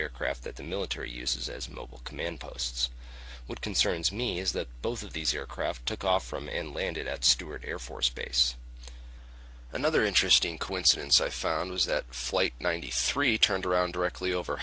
aircraft that the military uses as mobile command posts what concerns me is that both of these aircraft took off from and landed at stewart air force base another interesting coincidence i found was that flight ninety three turned around directly over